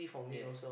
yes